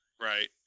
right